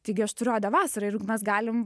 taigi aš turiu odę vasarai ir juk mes galim